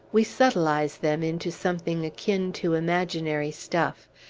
we subtilize them into something akin to imaginary stuff,